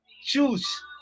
choose